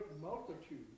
multitude